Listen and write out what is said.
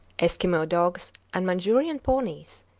eskimo dogs, and manchurian ponies,